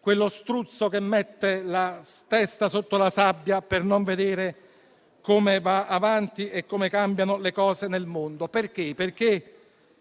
quello struzzo che mette la testa sotto la sabbia per non vedere come cambiano le cose nel mondo.